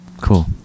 Cool